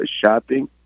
shopping